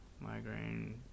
Migraine